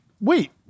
Wait